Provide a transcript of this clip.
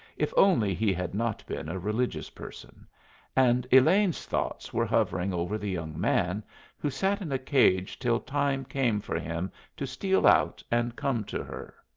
if only he had not been a religious person and elaine's thoughts were hovering over the young man who sat in a cage till time came for him to steal out and come to her.